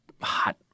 hot